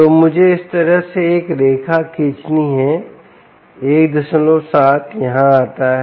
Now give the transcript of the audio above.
तो मुझे इस तरह से एक रेखा खींचना है 17 यहाँ आता है